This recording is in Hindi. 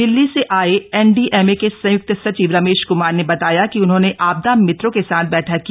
दिल्ली से आये एनडीएमए के संयुक्त सचिव रमेश कुमार ने बताया कि उन्होंने आपदा मित्रों के साथ बैठक की